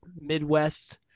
Midwest